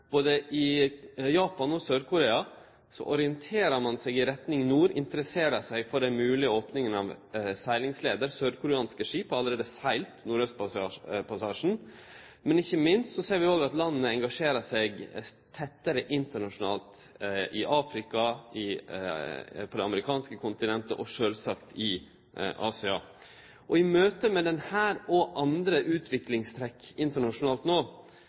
Både i Japan og i Sør-Korea orienterer ein seg i retning nord og interesserer seg for dei moglege opningane av seglingsleier. Sørkoreanske skip har allereie segla Nordaustpassasjen. Ikkje minst ser vi òg at landa engasjerer seg tettare internasjonalt – i Afrika, på det amerikanske kontinentet og sjølvsagt i Asia. I møte med dette og andre utviklingstrekk internasjonalt